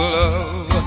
love